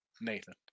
Nathan